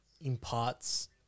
imparts